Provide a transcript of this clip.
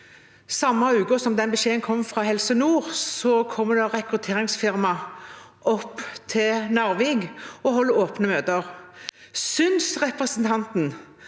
Samme uke som den beskjeden kom fra Helse nord, kom det rekrutteringsfirma opp til Narvik og holdt åpne møter. Synes representanten